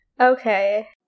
Okay